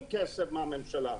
לא קיבלנו שום כסף מהממשלה.